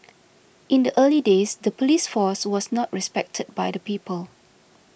in the early days the police force was not respected by the people